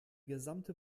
gesamte